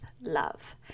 love